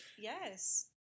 Yes